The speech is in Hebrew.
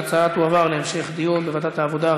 ההצעה תועבר להמשך דיון בוועדת העבודה,